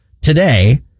today